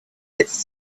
its